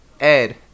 ed